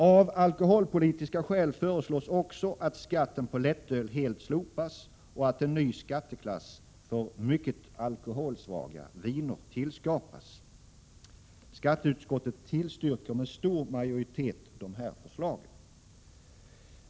Av alkoholpolitiska skäl föreslås också att skatten på lättöl helt slopas och att en ny skatteklass för mycket alkoholsvaga viner tillskapas. Skatteutskottet tillstyrker med stor majoritet dessa förslag.